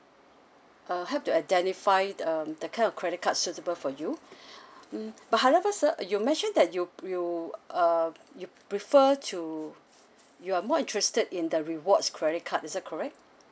uh help to identify um the kind of credit card suitable for you mm but however sir you mentioned that you you uh you prefer to you are more interested in the rewards credit card is that correct